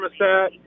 thermostat